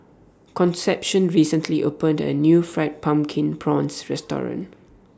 Concepcion recently opened A New Fried Pumpkin Prawns Restaurant